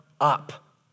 up